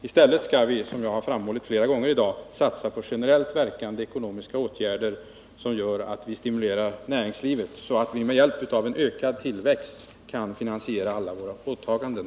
I stället skall vi — som jag har framhållit flera gånger i dag — satsa på generellt verkande ekonomiska åtgärder, som gör att vi stimulerar näringslivet, så att vi med hjälp av en ökad tillväxt där kan finansiera alla våra åtaganden.